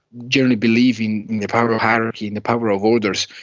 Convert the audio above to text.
generally believing the power of hierarchy and the power of orders,